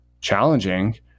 challenging